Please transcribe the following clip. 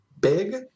Big